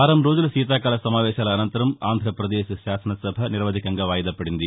వారం రోజుల శీతాకాల సమావేశాల అనంతరం ఆంధ్రప్రదేశ్ శాసనసభ నిరవధికంగా వాయిదా పడింది